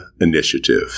initiative